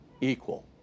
equal